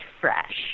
fresh